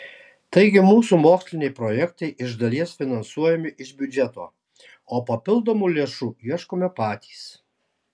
taigi mūsų moksliniai projektai iš dalies finansuojami iš biudžeto o papildomų lėšų ieškome patys